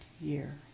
year